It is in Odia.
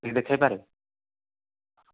ଟିକେ ଦେଖେଇ ପାରିବେ